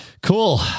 Cool